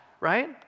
right